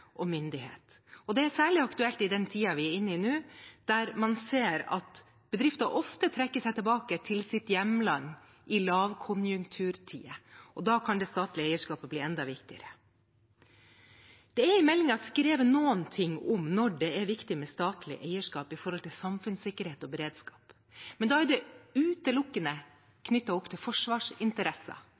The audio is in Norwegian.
og vi har beholdt kompetanse og myndighet. Det er særlig aktuelt i den tiden vi er inne i nå, der man ser at bedrifter ofte trekker seg tilbake til sitt hjemland i lavkonjunkturtider. Da kan det statlige eierskapet bli enda viktigere. Det er i meldingen skrevet noen ting om når det er viktig med statlig eierskap med tanke på samfunnssikkerhet og beredskap, men da er det utelukkende knyttet opp til forsvarsinteresser.